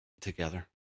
together